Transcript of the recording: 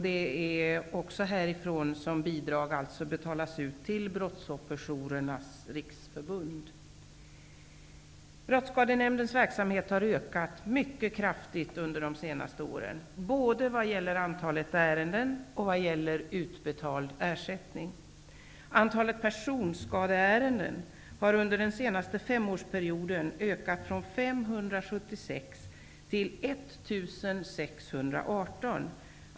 Det är även härifrån som bidrag utbetalas till Brottsofferjourernas riksförbund. Brottsskadenämndens verksamhet har ökat mycket kraftigt under de senaste åren, både vad gäller antalet ärenden och vad gäller utbetald ersättning. Antalet personskadeärenden har under den senaste femårsperioden ökat från 576 till 1 618.